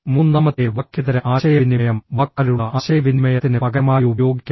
മൂന്നാമത്തെ വാക്കേതര ആശയവിനിമയം വാക്കാലുള്ള ആശയവിനിമയത്തിന് പകരമായി ഉപയോഗിക്കാം